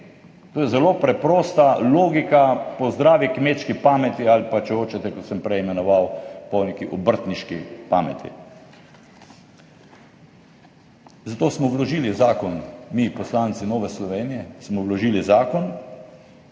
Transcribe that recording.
To je zelo preprosta logika po zdravi kmečki pameti ali pa, če hočete, kot sem prej imenoval, po neki obrtniški pameti. Zato smo vložili zakon, mi poslanci Nove Slovenije smo vložili zakon,